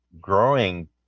growing